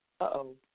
Uh-oh